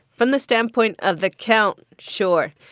from the standpoint of the count, sure.